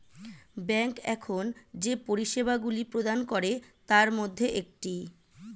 bank এখন যে পরিষেবাগুলি প্রদান করে তার মধ্যে একটি